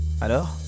alors